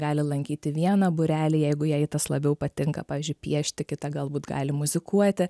gali lankyti vieną būrelį jeigu jai tas labiau patinka pavyzdžiui piešti kita galbūt gali muzikuoti